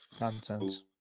Nonsense